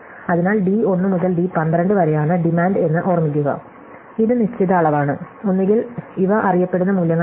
അതിനാൽ d 1 മുതൽ d 12 വരെയാണ് ഡിമാൻഡ് എന്ന് ഓർമ്മിക്കുക ഇത് നിശ്ചിത അളവാണ് ഒന്നുകിൽ ഇവ അറിയപ്പെടുന്ന മൂല്യങ്ങളല്ല